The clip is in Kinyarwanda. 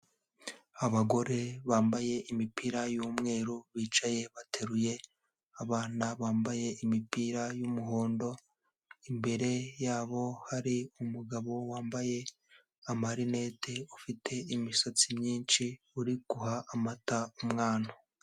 Abagore bambaye imipira y'umweru, bicaye bateruye abana, bambaye imipira y'umuhondo, imbere yabo hari umugabo wambaye amarinete, ufite imisatsi myinshi, uri guha amata umwana.